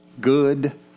Good